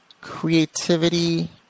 Creativity